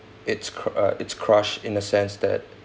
it's cru~ uh it's crush in the sense that